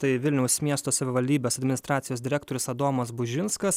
tai vilniaus miesto savivaldybės administracijos direktorius adomas bužinskas